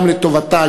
גם לטובתה,